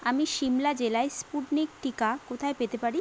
আমি সিমলা জেলায় স্পুটনিক টিকা কোথায় পেতে পারি